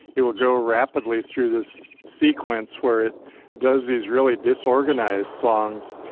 it will go rapidly through this sequence where it does these really disorganized songs.